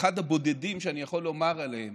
אחד הבודדים שאני יכול לומר עליהם